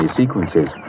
sequences